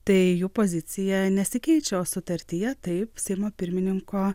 tai jų pozicija nesikeičia o sutartyje taip seimo pirmininko